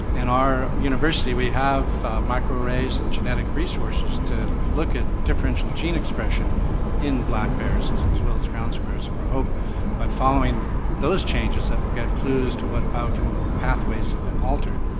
in our university we have micro arrays and genetic resources to look at differential gene expression in black bears as well as ground squirrels. and we hope by following those changes that will get clues to what biochemical pathways have been altered.